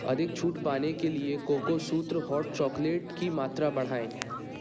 अधिक छूट पाने के लिए कोकोसूत्र हॉट चॉकलेट की मात्रा बढ़ाएँ